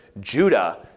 Judah